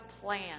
plan